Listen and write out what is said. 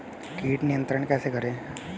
कीट नियंत्रण कैसे करें?